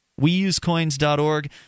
Weusecoins.org